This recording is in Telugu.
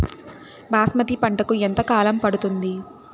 బాస్మతి పంటకు ఎంత కాలం పడుతుంది?